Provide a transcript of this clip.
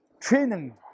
training